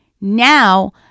Now